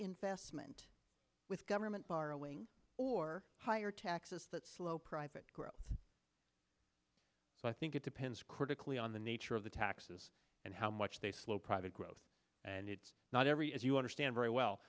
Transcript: investment with government borrowing or higher taxes that slow private growth so i think it depends critically on the nature of the taxes and how much they slow private growth and it's not every as you understand very well